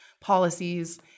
policies